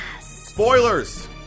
Spoilers